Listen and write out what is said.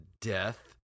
death